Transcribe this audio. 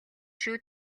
шүү